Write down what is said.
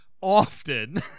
often